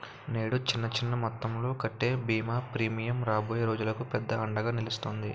నేడు చిన్న చిన్న మొత్తంలో కట్టే బీమా ప్రీమియం రాబోయే రోజులకు పెద్ద అండగా నిలుస్తాది